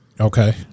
Okay